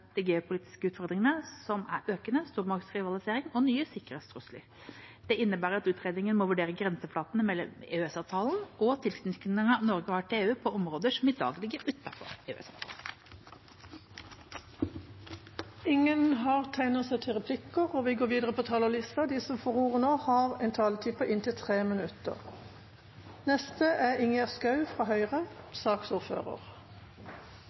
geopolitiske utfordringene, som er økende stormaktsrivalisering og nye sikkerhetstrusler. Det innebærer at utredningen må vurdere grenseflatene mellom EØS-avtalen og tilknytningen Norge har til EU på områder som i dag ligger utenfor EØS-avtalen. De talere som heretter får ordet, har